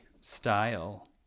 style